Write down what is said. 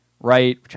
Right